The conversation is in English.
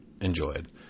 enjoyed